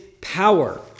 power